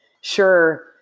Sure